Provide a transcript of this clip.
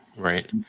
Right